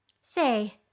Say